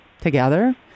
together